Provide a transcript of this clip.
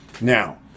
now